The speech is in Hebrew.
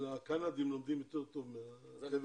נולדה בארץ,